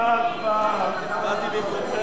(עבירות ושיפוט) (איסור הוצאה מישראל של כספי מסתנן,